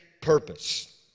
purpose